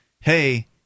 hey